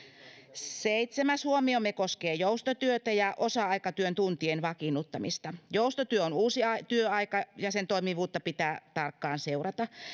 seitsemäs huomiomme koskee joustotyötä ja osa aikatyön tuntien vakiinnuttamista joustotyö on uusi työaika ja sen toimivuutta pitää tarkkaan seurata